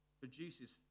produces